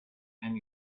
and